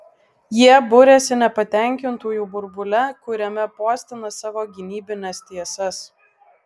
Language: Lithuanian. jie buriasi nepatenkintųjų burbule kuriame postina savo gynybines tiesas